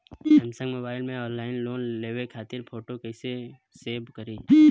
Samsung mobile में online loan खातिर photo कैसे सेभ करीं?